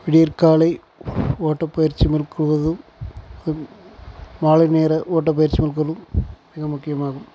விடியற்காலை ஓட்டப்பயிற்சி மேற்கொள்வதும் மாலை நேர ஓட்டப்பயிற்சி மேற்கொள்ளும் மிக முக்கியமாகும்